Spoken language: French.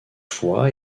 fois